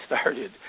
started